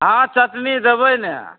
हँ चटनी देबै ने